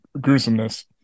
gruesomeness